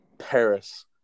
Paris